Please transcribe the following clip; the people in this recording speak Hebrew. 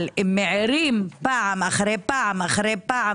אבל אם מעירים פעם אחר פעם אחר פעם